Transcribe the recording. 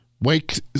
wake